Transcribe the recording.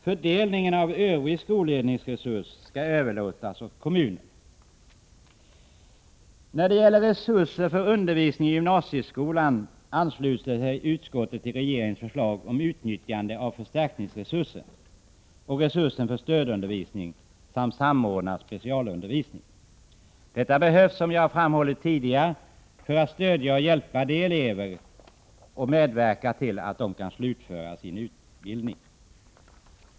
Fördelningen av övriga skolledningsresurser skall överlåtas åt kommunen. När det gäller resurser för undervisning i gymnasieskolan ansluter sig utskottet till regeringens förslag om utnyttjande av förstärkningsresursen samt resursen för stödundervisning och samordnad specialundervisning. Detta behövs, som jag har framhållit tidigare, som stöd och hjälp för eleverna och för att de skall kunna slutföra sin utbildning.